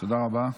תודה רבה.